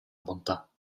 bontà